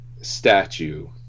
statue